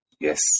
Yes